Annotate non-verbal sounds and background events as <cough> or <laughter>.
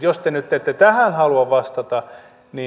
<unintelligible> jos te nyt ette tähän halua vastata